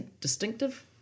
distinctive